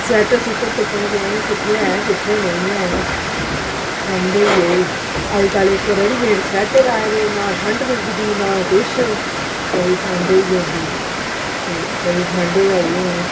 sweater स्वुटर तुप्पने पौने हून कुत्थें हैन कुत्थें नेईं हैन ठंड होई गेई अज्जकल इक रेडीमेट स्वैटर आए दे ना ठंड रुकदी ना किश बड़ी ठंड होई जंदी ऐ एह् बड़ी ठंड होआ दी हून